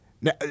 Now